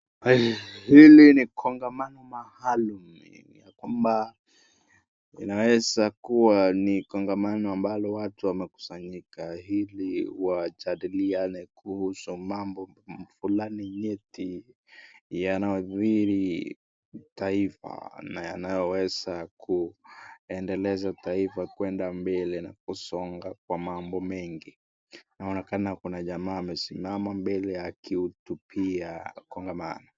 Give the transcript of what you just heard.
Hili ni kongamano maalum ya kwamba inaweza kuwa ni kongamano ambalo watu wanakusanyika ili wajadiliane kuhusu mambo fulani nyeti yanayothiri taifa na yanayoweza kuendeleza taifa kwenda mbele na kusonga kwa mambo mengi ,inaonekana kuna jamaa amesimama mbele akihutubia kongamano.